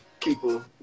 people